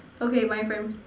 okay my friend